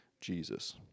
Jesus